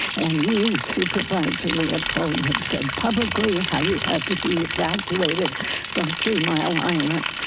and you, supervisor leopold, have said publicly, how you had to be evacuated from three mile island.